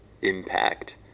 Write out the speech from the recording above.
impact